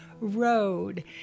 road